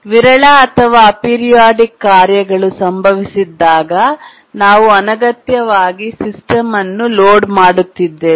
ವಿರಳ ಅಥವಾ ಏಪಿರಿಯಾಡಿಕ್ ಕಾರ್ಯಗಳು ಸಂಭವಿಸದಿದ್ದಾಗ ನಾವು ಅನಗತ್ಯವಾಗಿ ಸಿಸ್ಟಮ್ ಅನ್ನು ಲೋಡ್ ಮಾಡುತ್ತಿದ್ದೇವೆ